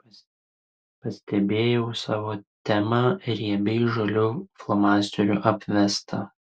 pastebėjau savo temą riebiai žaliu flomasteriu apvestą